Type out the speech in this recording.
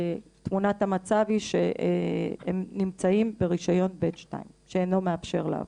תמונת המצב היא שהם נמצאים ברישיון ב/2 שאינו מאפשר לעבוד.